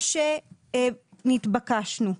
מה שנתבקשנו,